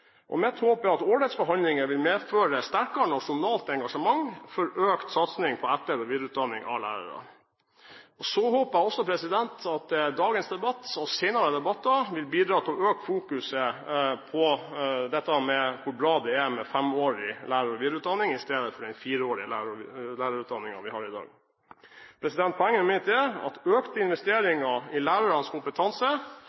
årene. Mitt håp er at årets forhandlinger vil medføre et sterkere nasjonalt engasjement for økt satsing på etter- og videreutdanning av lærere. Så håper jeg også at dagens debatt og senere debatter vil bidra til å øke fokuset på dette med hvor bra det er med femårig lærer- og videreutdanning, i stedet for den fireårige lærerutdanningen vi har i dag. Poenget mitt er at